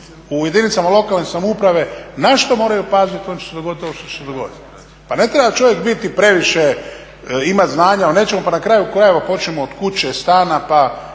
u jedinicama lokalne samouprave na što moraju paziti, onda će se dogoditi ovo što će se dogodit. Pa ne treba čovjek biti previše, imat znanja o nečemu pa na kraju krajeva počnimo od kuće, stana pa